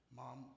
mom